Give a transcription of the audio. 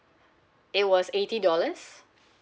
it was eighty dollars